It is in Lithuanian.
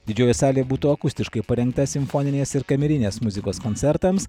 didžioji salė būtų akustiškai parengta simfoninės ir kamerinės muzikos koncertams